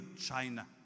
China